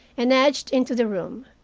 and edged into the room.